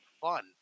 fun